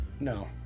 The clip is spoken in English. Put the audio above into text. No